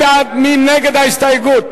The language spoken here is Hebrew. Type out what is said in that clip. נגד ההסתייגות?